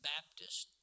Baptist